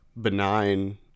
benign